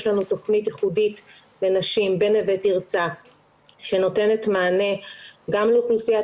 יש לנו תכנית ייחודית לנשים בנווה תרצה שנותנת מענה גם לאוכלוסיית